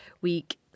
week